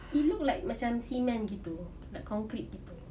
it look like macam cement gitu like concrete gitu